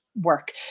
work